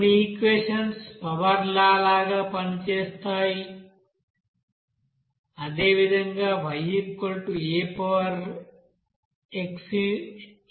కొన్ని equations power law గా వస్తాయని మీరు చూస్తారు